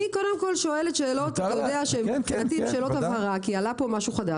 אני קודם שואלת שאלות הבהרה כי עלה פה משהו חדש